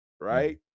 Right